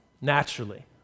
naturally